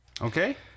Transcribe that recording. Okay